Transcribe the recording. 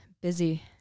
Busy